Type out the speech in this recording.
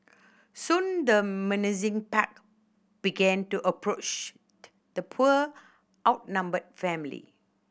soon the menacing pack began to approach the poor outnumbered family